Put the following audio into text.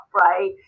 right